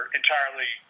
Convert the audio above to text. entirely